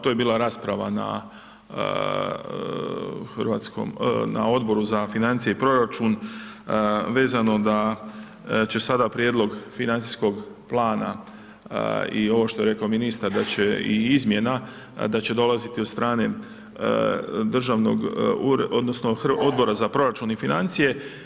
Tu je bila rasprava na Odboru za financije i proračun vezano da će sada prijedlog financijskog plana i ovog što je rekao ministar da će i izmjena, da će dolaziti od strane Državnog ureda, odnosno Odbora za proračun i financije.